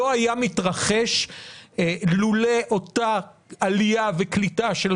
לא היה מתרחש לולא אותה עלייה וקליטה של